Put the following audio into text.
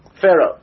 pharaoh